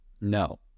No